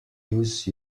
use